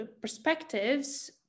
perspectives